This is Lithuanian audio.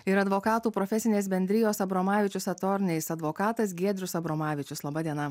ir advokatų profesinės bendrijos abromavičius atorneis advokatas giedrius abromavičius laba diena